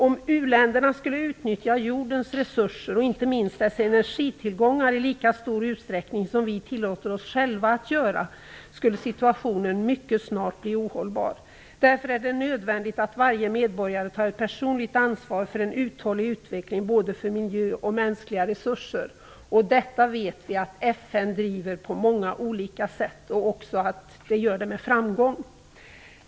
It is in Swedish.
Om u-länderna skulle utnyttja jordens resurser, inte minst dess energitillgångar, i lika stor utsträckning som vi tillåter oss själva att göra skulle situationen mycket snart bli ohållbar. Därför är det nödvändigt att varje medborgare tar ett personligt ansvar för en uthållig utveckling både för miljö och mänskliga resurser. Detta vet vi att FN driver på många olika sätt och gör det med framgång.